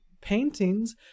paintings